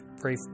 brief